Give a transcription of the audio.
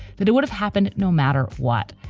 that it would have happened no matter what.